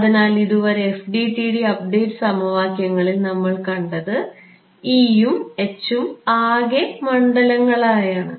അതിനാൽ ഇതുവരെ FDTD update സമവാക്യങ്ങളിൽ നമ്മൾ കണ്ടത് E ഉം H ഉം ആകെ മണ്ഡലങ്ങളായാണ്